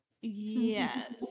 Yes